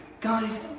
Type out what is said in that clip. guys